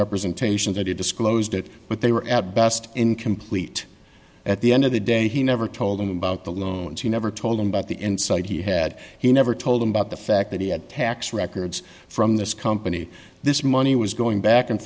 representations that he disclosed it but they were at best incomplete at the end of the day he never told them about the loans he never told them about the insight he had he never told them about the fact that he had tax records from this company this money was going back and